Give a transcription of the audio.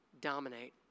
dominate